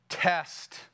Test